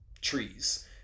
trees